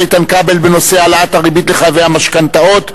איתן כבל בנושא: העלאת הריבית לחייבי המשכנתאות,